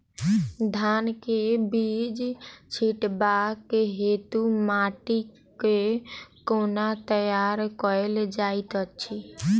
धान केँ बीज छिटबाक हेतु माटि केँ कोना तैयार कएल जाइत अछि?